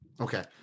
Okay